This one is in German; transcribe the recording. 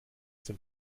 dem